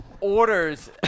Orders